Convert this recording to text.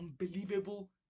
unbelievable